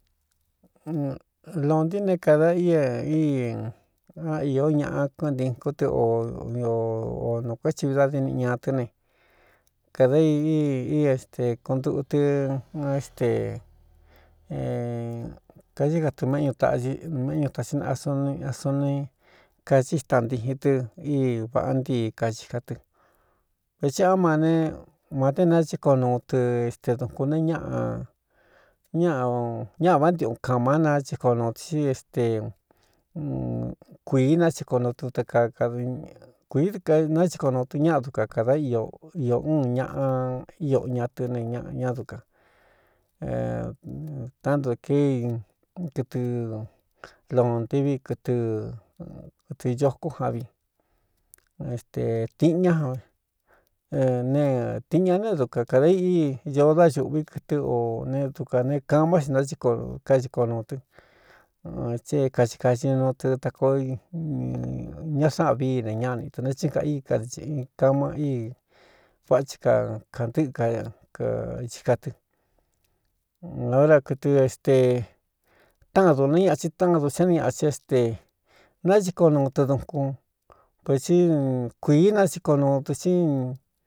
Lontin né kāda i é í á īó ñaꞌa kɨɨntin kú tɨ o o nū kuéthi vi dadiniꞌi ñā tɨ́ ne kāda i ii este konduꞌu tɨ éste kaíí ka tu méꞌñu taꞌxi n méꞌñu taxi naꞌa sna suni kací xtaꞌantiin tɨ í vāꞌa ntíi kaxi ka tɨ vetsi á ma ne matēné nachíko nuu tɨ este dukūn neé ñaꞌañáꞌa vántiꞌun kāmá nachiko nuu tɨ xí este kuiī nachiko nutɨ ɨ kaakuii dɨ naciko nuu tɨ ñáꞌa dukan kādá io iō un ñaꞌa ío ña tɨ́ ne ñꞌñá dukan tántu kéi kɨtɨ lontivi kɨɨkɨɨ ñokó javin este tiꞌin ñá a ne tiꞌin ña neé dukan kādā iꞌí ñoo dáxūꞌví kɨtɨ o ne dukān ne kāꞌn má xi nákaiko nuu tɨ tséé kaci kaxinuu tɨ ta koo ña sáꞌan vii ne ñáꞌni tō ne thí kaꞌ í ka tama í váꞌa tsi ka kāꞌndɨ́ꞌɨka kacika tɨ na bra kɨtɨ este táꞌan dune ñati táan du sé ni ñaꞌ cin éste náciko nuu tɨ dukun vetsi kuīī náciko nuu tɨ xí.